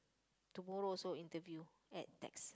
tomorrow also interview at Tex~